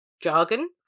jargon